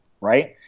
right